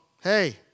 hey